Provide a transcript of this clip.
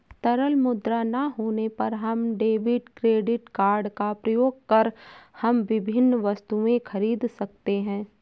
तरल मुद्रा ना होने पर हम डेबिट क्रेडिट कार्ड का प्रयोग कर हम विभिन्न वस्तुएँ खरीद सकते हैं